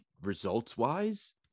results-wise